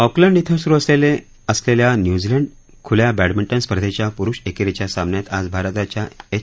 Auckland धिं सुरु असलेल्या न्युझीलंड खुल्या बॅडमिंटन स्पर्धेच्या पुरुष एकेरीच्या सामन्यात आज भारताच्या एच